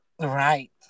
right